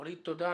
וליד, תודה.